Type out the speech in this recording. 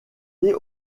aux